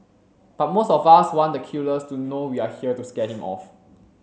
but most of us want the killer to know we are here to scare him off